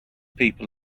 people